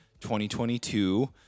2022